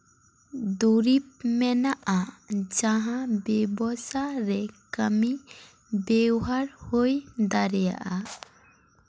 ᱫᱩᱨᱤᱵ ᱢᱮᱱᱟᱜᱼᱟ ᱡᱟᱦᱟᱸ ᱵᱮᱵᱚᱥᱟ ᱨᱮ ᱠᱟᱹᱢᱤ ᱵᱮᱣᱦᱟᱨ ᱦᱩᱭ ᱫᱟᱲᱮᱭᱟᱜᱼᱟ